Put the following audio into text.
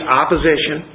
opposition